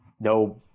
no